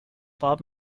bob